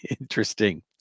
Interesting